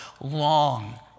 long